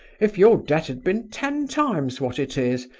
if your debt had been ten times what it is,